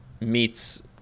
meets